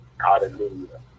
Hallelujah